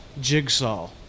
Jigsaw